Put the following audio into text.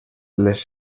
les